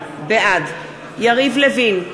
בעד יריב לוין,